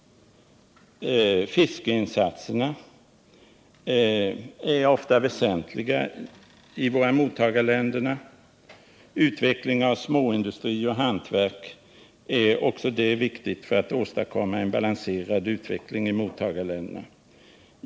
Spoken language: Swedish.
Fiskeinsatserna är ofta väsentliga för mottagarländerna. Utvecklingen av småindustri och hantverk är också viktig för att man skall kunna åstadkomma en balanserad utveckling i mottagarländerna.